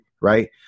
right